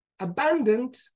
Abandoned